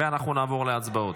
ואנחנו נעבור להצבעות.